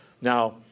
Now